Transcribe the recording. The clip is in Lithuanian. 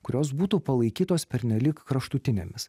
kurios būtų palaikytos pernelyg kraštutinėmis